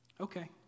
Okay